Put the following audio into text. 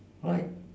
right